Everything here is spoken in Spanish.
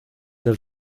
del